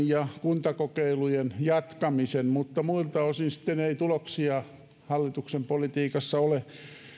ja kuntakokeilujen jatkamisen mutta muilta osin sitten ei tuloksia hallituksen politiikassa ole